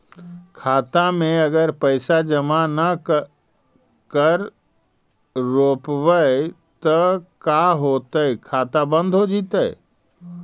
खाता मे अगर पैसा जमा न कर रोपबै त का होतै खाता बन्द हो जैतै?